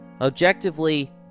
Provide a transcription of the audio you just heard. objectively